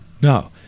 No